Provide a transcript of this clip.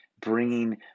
bringing